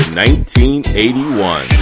1981